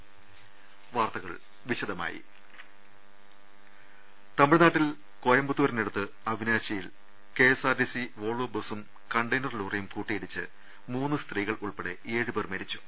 ൾ ൽ ൾ തമിഴ്നാട്ടിൽ കോയമ്പത്തൂരിനടുത്ത് അവിനാശിയിൽ കെഎസ് ആർടിസി വോൾവോ ബസും കണ്ടെയ്നർ ലോറിയും കൂട്ടിയിടിച്ച് മൂന്ന് സ്ത്രീകൾ ഉൾപ്പെടെ ഏഴ് പേർ മരിച്ചു